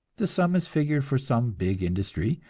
the sum is figured for some big industry,